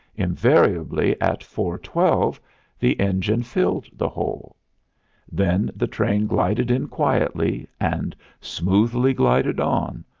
invariably at four-twelve the engine filled the hole then the train glided in quietly, and smoothly glided on,